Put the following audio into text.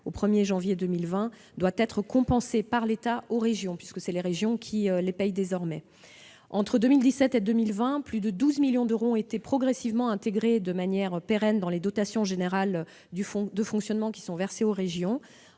au 1 janvier 2020 doit être compensée par l'État aux régions, puisque ce sont elles qui paient désormais ces personnels. Entre 2017 et 2020, plus de 12 millions d'euros ont été progressivement intégrés de manière pérenne dans les dotations générales de fonctionnement versées aux régions.